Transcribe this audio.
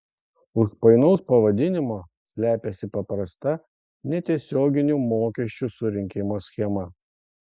už painaus pavadinimo slepiasi paprasta netiesioginių mokesčių surinkimo schema